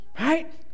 Right